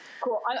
Cool